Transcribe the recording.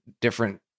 different